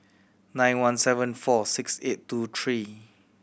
nine one seven four six eight two three